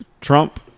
Trump